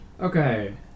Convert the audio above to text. Okay